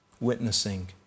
witnessing